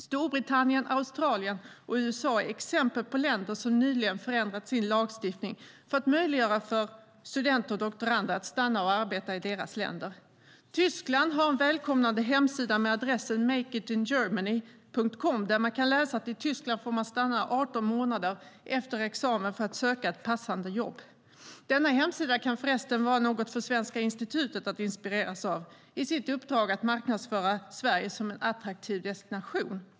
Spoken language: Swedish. Storbritannien, Australien och USA är exempel på länder som nyligen har förändrat sin lagstiftning för att möjliggöra för studenter och doktorander att stanna och arbeta i deras länder. Tyskland har en välkomnande hemsida med adressen www.make-it-in-germany.com, där man kan läsa att i Tyskland får man stanna i 18 månader efter examen för att söka ett passande jobb. Denna hemsida kan förresten vara något för Svenska Institutet att inspireras av i sitt uppdrag att marknadsföra Sverige som en attraktiv destination.